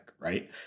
right